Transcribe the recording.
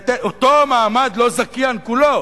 אותו מעמד לא זכיין כולו,